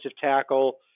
tackle